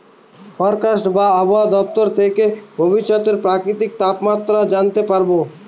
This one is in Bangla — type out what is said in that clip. ফরকাস্ট বা আবহাওয়া দপ্তর থেকে ভবিষ্যতের প্রাকৃতিক তাপমাত্রা জানতে পারবো